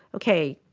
okay,